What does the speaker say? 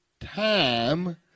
time